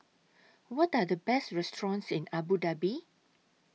What Are The Best restaurants in Abu Dhabi